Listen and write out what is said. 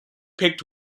picked